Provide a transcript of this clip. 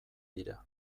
dira